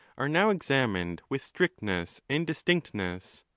are now examined with strict ness and distinctness.